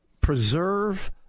preserve